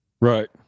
Right